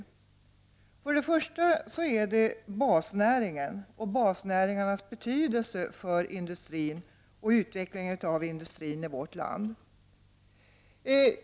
Det har för det första att göra med basnäringen och basnäringarnas betydelse för industrin i vårt land.